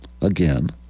Again